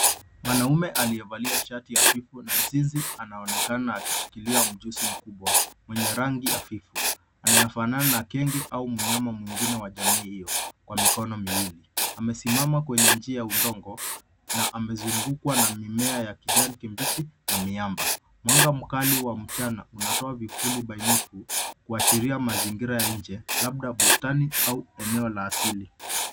Mwanaume aliyevalia shati hafifu na jinsi, anaonekana akishikilia mjusi mkubwa, mwenye rangi hafifu, anayefanana na kenge au mnyama mwingine wa jamii hio, kwa mikono miwili. Amesimama kwenye njia ya udongo, na amezungukwa na mimea ya kijani kibichi na miamba. Mwanga mkali wa mchana unatoa vivuli bainifu, kuashiria mazingira ya nje, labda bustani au eneo la asili.